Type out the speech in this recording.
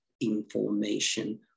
information